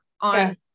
on